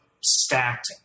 stacked